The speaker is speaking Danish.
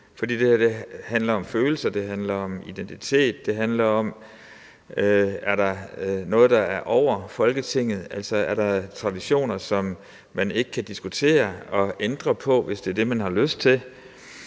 det her handler om følelser, det handler om identitet, det handler om, om der er noget, der er over Folketinget, altså om der er traditioner, som man ikke kan diskutere og ændre på, hvis det er det, man har lyst til.